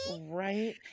Right